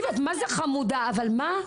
זה חמודה אבל מה,